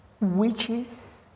witches